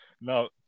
now